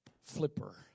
flipper